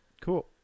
Cool